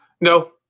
No